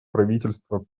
правительство